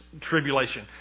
tribulation